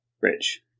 Rich